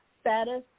status